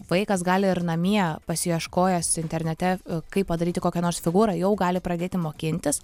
vaikas gali ir namie pasiieškojęs internete kaip padaryti kokią nors figūrą jau gali pradėti mokintis